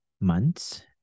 months